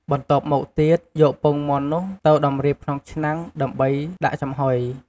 បន្ទាប់មកទៀត យកពងមាន់នោះទៅតម្រៀបក្នុងឆ្នាំងដើម្បីដាក់ចំហុយ។